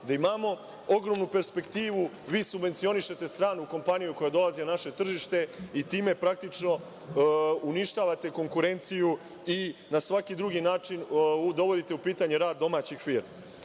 gde imamo ogromnu perspektivu, vi subvencionišete stranu kompaniju koja dolazi na naše tržište i time praktično uništavate konkurenciju i na svaki drugi način dovodite u pitanje rad domaćih